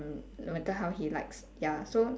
no matter how he likes ya so